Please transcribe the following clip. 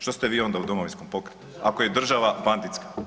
Što ste vi onda u Domovinskom pokretu ako je država banditska?